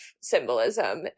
symbolism